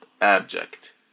abject